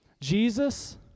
Jesus